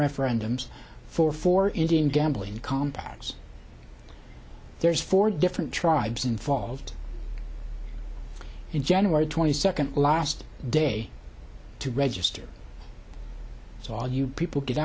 referendums for four indian gambling compounds there's four different tribes involved in january twenty second last day to register so are you people get